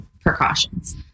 precautions